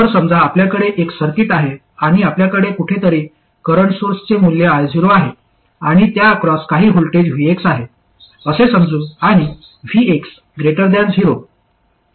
तर समजा आपल्याकडे एक सर्किट आहे आणि आपल्याकडे कुठेतरी करंट सोर्सचे मूल्य I0 आहे आणि त्या अक्रॉस काही व्होल्टेज Vx आहे असे समजू आणि Vx 0